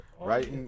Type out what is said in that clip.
Right